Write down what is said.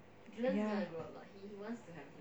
ya